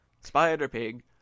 Spider-Pig